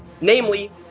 Namely